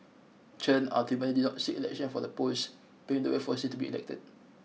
Chen ultimately did not seek election for the post paving the way for Singh to be elected